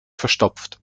verstopft